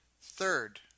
third